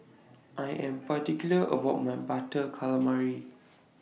I Am particular about My Butter Calamari